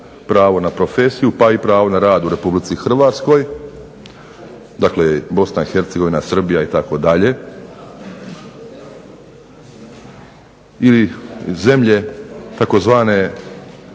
pravo na profesiju, pa i pravo na rad u RH, dakle Bosna i Hercegovina, Srbija itd. ili zemlje tzv.